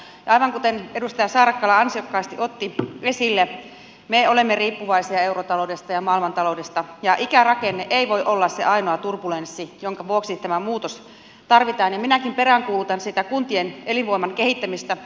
aivan kuten edustaja saarakkala ansiokkaasti otti esille me olemme riippuvaisia eurotaloudesta ja maailmantaloudesta ja ikärakenne ei voi olla se ainoa turbulenssi jonka vuoksi tämä muutos tarvitaan ja minäkin peräänkuulutan sitä kuntien elinvoiman kehittämistä